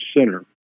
center